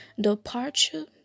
departure